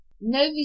no